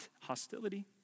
hostility